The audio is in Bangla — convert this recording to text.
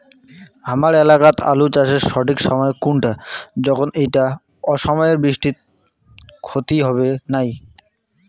হামার এলাকাত আলু চাষের সঠিক সময় কুনটা যখন এইটা অসময়ের বৃষ্টিত ক্ষতি হবে নাই?